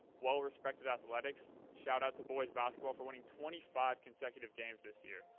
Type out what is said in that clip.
well-respected athletics, shout out to boys basketball for winning twenty five consecutive games this year,